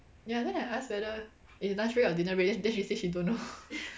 ya then I ask whether it's lunch break or dinner break then then she say she don't know